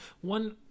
one